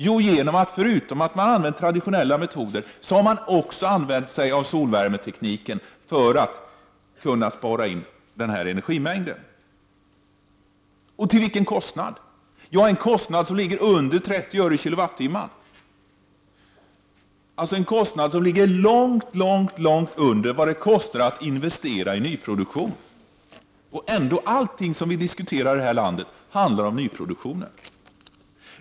Jo, förutom att man använt traditionella metoder, har man också använt sig av solvärmeteknik. Till vilken kostnad? Jo, en kostnad som ligger under 30 öre/kWh, dvs. en kostnad som ligger långt under kostnaden för att investera i nyproduktion — ändå handlar allting som vi diskuterar i det här landet om nyproduktionen.